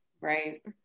right